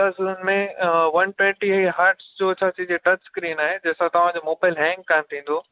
plus हिननि में one twenty hertz जो छा चइजे टच स्क्रीन आहे जंहिंसां तव्हांजो मोबाइल हैंग कोन्ह थींदो